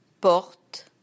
porte